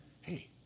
hey